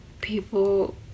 people